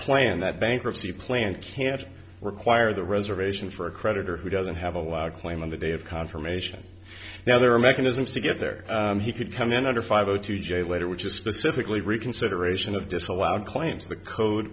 plan that bankruptcy plan can't require the reservation for a creditor who doesn't have allowed claim on the day of confirmation now there are mechanisms to get there he could come in under five o two j later which is specifically reconsideration of disallowed claim